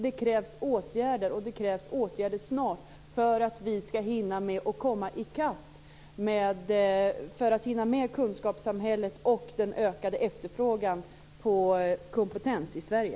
Det krävs åtgärder, och det krävs åtgärder snart för att vi skall hinna med i kunskapssamhället och kunna möta den ökade efterfrågan på kompetens i Sverige.